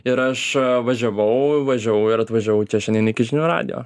ir aš važiavau važiavau ir atvažiavau čia šiandien iki žinių radijo